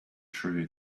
true